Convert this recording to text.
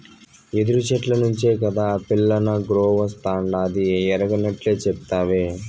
యెదురు చెట్ల నుంచే కాదా పిల్లనగ్రోవస్తాండాది ఎరగనట్లే సెప్తావే